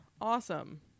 Awesome